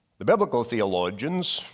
the biblical theologians